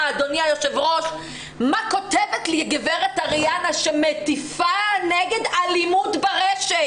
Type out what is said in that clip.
אדוני היושב ראש מה כותבת גברת אריאנה שמטיפה נגד אלימות ברשת.